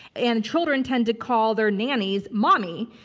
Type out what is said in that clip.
and children tend to call their nannies mommy,